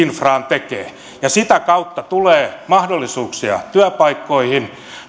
tekee ja sitä kautta tulee mahdollisuuksia työpaikkoihin